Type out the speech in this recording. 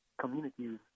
communities